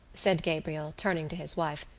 said gabriel, turning to his wife,